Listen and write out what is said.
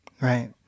Right